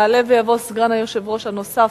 יעלה ויבוא סגן היושב-ראש הנוסף,